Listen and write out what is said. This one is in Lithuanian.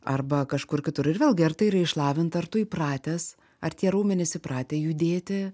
arba kažkur kitur ir vėlgi ar tai yra išlavinta ar tu įpratęs ar tie raumenys įpratę judėti